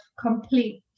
complete